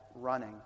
running